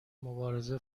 مبارزه